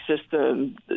system